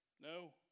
No